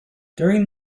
during